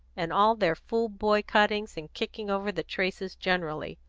and all their fool boycottings and kicking over the traces generally.